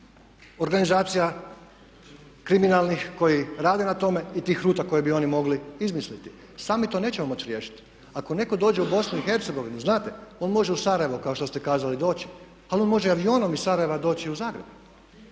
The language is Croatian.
organizacija kriminalnih koji rade na tome i tih ruta koje bi oni mogli izmisliti. Sami to nećemo moći riješiti. Ako netko dođe u BiH znate on može u Sarajevo kao što ste kazali doći. Ali on može i avionom iz Sarajeva doći i u Zagreb.